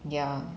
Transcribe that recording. ya